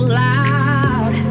loud